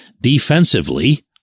defensively